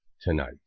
tonight